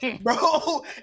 bro